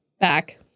back